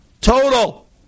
Total